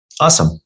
Awesome